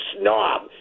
snob